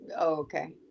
okay